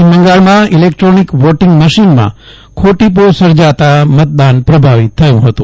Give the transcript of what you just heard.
પશ્ચિમ બંગાળમાં electronic voting મશિનમાં ખોટીપો સર્જાતા મતદાન પ્રભાવિત થયુ હતું